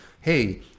hey